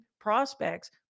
prospects